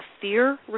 fear